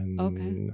Okay